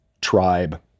tribe